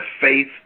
faith